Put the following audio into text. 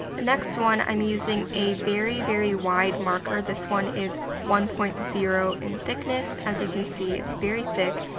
the next one, i'm using a very, very wide marker. this one is one point zero in thickness. as you can see, it's very thick,